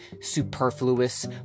superfluous